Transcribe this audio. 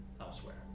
elsewhere